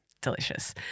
delicious